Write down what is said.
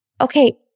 okay